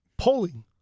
polling